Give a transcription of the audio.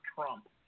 Trump